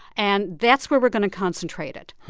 and that's where we're going to concentrate it.